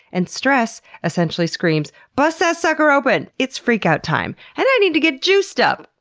and stress essentially screams, bust that sucker open! it's freakout time, and i need to get juiced up!